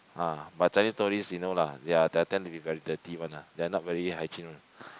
ah but Chinese tourist you know lah they are they tend to be very dirty one ah they are not very hygiene one